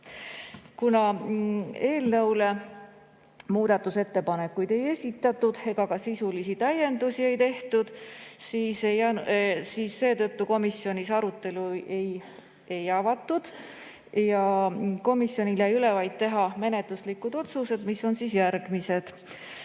eelnõu kohta muudatusettepanekuid ei esitatud ega ka sisulisi täiendusi ei tehtud, siis komisjonis arutelu ei avatud ja komisjonil jäi üle vaid teha menetluslikud otsused, mis on järgmised.